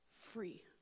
free